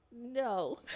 no